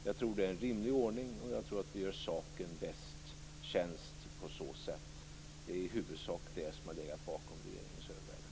Jag tror att det är en rimlig ordning och jag tror vi gör saken störst tjänst på så sätt. Det är i huvudsak det som har legat bakom regeringens övervägande.